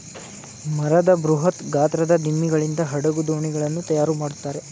ಮರದ ಬೃಹತ್ ಗಾತ್ರದ ದಿಮ್ಮಿಗಳಿಂದ ಹಡಗು, ದೋಣಿಗಳನ್ನು ತಯಾರು ಮಾಡುತ್ತಾರೆ